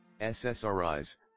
SSRIs